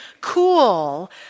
cool